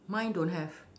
mine don't have